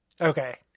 Okay